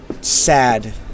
sad